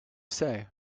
say